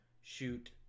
shoot